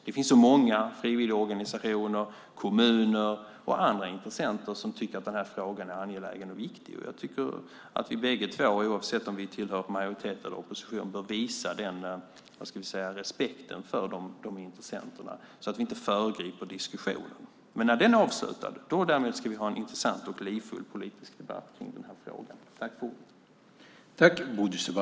Det finns så många frivilligorganisationer, kommuner och andra intressenter som tycker att den här frågan är angelägen och viktig, och jag tycker att vi bägge två, oavsett om vi tillhör majoritet eller opposition, bör visa den respekten för intressenterna så att vi inte föregriper diskussionen. Men när den är avslutad ska vi däremot ha en intressant och livfull politisk debatt om de här frågorna.